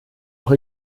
auch